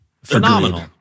Phenomenal